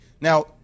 Now